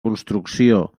construcció